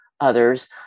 others